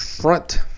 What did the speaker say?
front